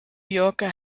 yorker